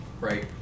Right